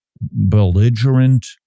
belligerent